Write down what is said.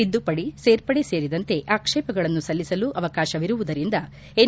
ತಿದ್ದುಪಡಿ ಸೇರ್ಪಡೆ ಸೇರಿದಂತೆ ಆಕ್ಷೇಪಗಳನ್ನು ಸಲ್ಲಿಸಲು ಅವಕಾಶವಿರುವುದರಿಂದ ಎನ್